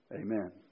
Amen